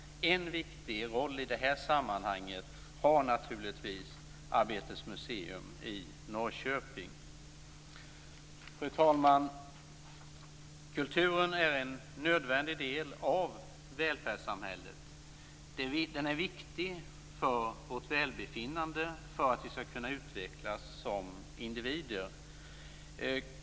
En viktig roll i detta sammanhang har naturligtvis Arbetets museum i Norrköping. Fru talman! Kulturen är en nödvändig del av välfärdssamhället. Den är viktig för vårt välbefinnande och för att vi skall kunna utvecklas som individer.